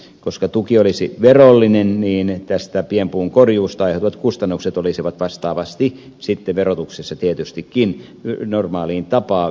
koska tuki olisi verollinen niin tästä pienpuun korjuusta aiheutuvat kustannukset olisivat vastaavasti sitten verotuksessa tietystikin normaaliin tapaan vähennyskelpoisia